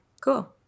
Cool